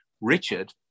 Richard